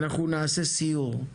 אנחנו נעשה סיור.